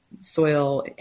soil